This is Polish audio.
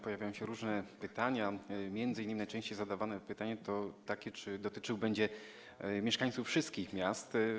Pojawiają się różne pytania, m.in. najczęściej zadawane pytanie to takie, czy będzie dotyczył mieszkańców wszystkich miast.